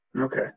okay